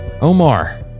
Omar